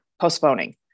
postponing